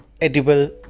edible